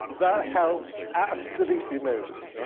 that helps absolutely nobody.